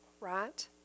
right